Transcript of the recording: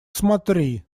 смотри